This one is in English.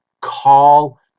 call